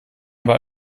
aber